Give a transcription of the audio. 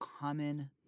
common